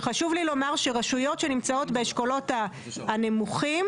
שחשוב לי לומר שרשויות שנמצאות באשכולים הנמוכים,